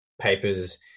papers